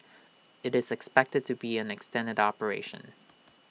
IT is expected to be an extended operation